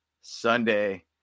Sunday